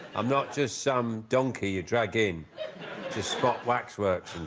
i'm not just some donkey you drag in just spot waxworks